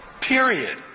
Period